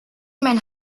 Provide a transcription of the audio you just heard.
men